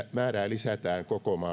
lisätään koko maassa